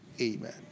Amen